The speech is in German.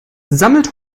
sammelt